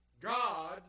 God